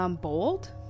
Bold